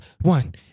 one